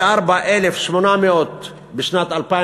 מ-34,800 בשנת 2001